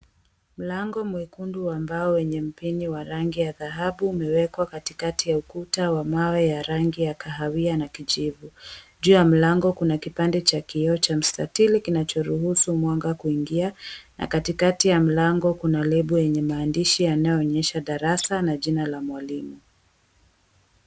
Mlango mwekundu wa mbao wenye mpini wa rangi ya dhahabu umewekwa katikati ya ukuta wa mawe ya rangi ya kahawia na kijivu. Juu ya mlango kuna kipande cha kioo cha mstatili kinachoruhusu mwanga kuingia, na katikati ya mlango kuna lebo yenye maandishi yanayoonyesha darasa na jina la mwalimu.